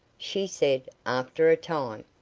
she said, after a time.